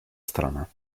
сторона